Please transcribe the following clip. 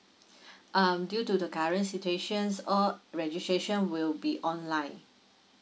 um due to the current situations all registration will be online